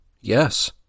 Yes